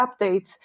updates